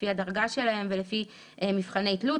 לפי הדרגה שלהם ולפי מבחני תלות,